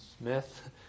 Smith